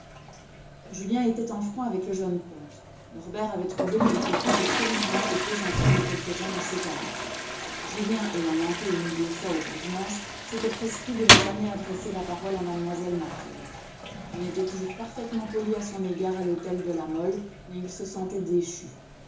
julien était en froid avec le jeune comte norbert avait trouvé qu'il répondait trop vivement aux plaisanteries de quelques-uns de ses amis julien ayant manqué une ou deux fois aux convenances s'était prescrit de ne jamais adresser la parole à mlle mathilde on était toujours parfaitement poli à son égard à l'hôtel de la mole mais il se sentait déchu